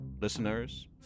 listeners